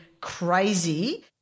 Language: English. crazy